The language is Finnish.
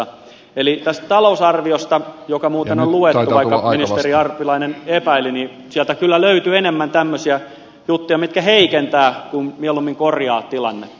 eli tästä talousarviosta joka muuten on luettu vaikka ministeri urpilainen epäili kyllä löytyy enemmän tämmöisiä juttuja mitkä heikentävät mieluummin kuin korjaavat tilannetta